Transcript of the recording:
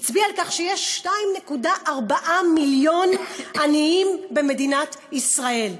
הוא הצביע על כך שיש 2.4 מיליון עניים במדינת ישראל,